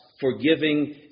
forgiving